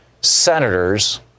senators